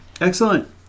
Excellent